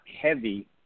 heavy